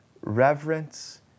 reverence